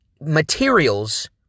materials